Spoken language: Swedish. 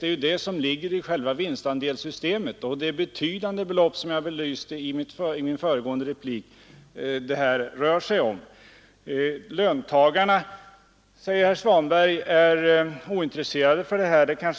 Det är ju det som ligger i själva vinstandelssystemet, och som jag belyste i 59 min förra replik är det betydande belopp det där rör sig om. Löntagarna är ointresserade av detta, säger herr Svanberg.